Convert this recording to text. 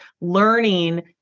Learning